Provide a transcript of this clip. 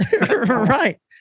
right